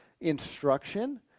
instruction